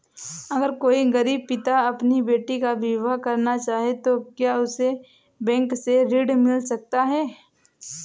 अगर कोई गरीब पिता अपनी बेटी का विवाह करना चाहे तो क्या उसे बैंक से ऋण मिल सकता है?